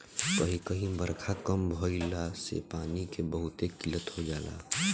कही कही बारखा कम भईला से पानी के बहुते किल्लत हो जाला